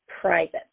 private